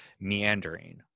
meandering